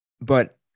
but-